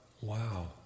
wow